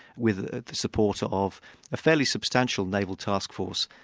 with the support of a fairly substantial naval task force.